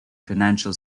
financial